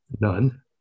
none